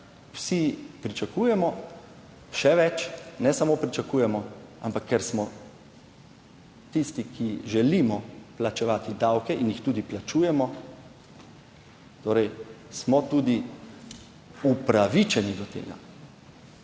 vsi pričakujemo. Še več, ne samo pričakujemo, ampak ker smo tisti, ki želimo plačevati davke, in jih tudi plačujemo. Torej smo tudi upravičeni do tega,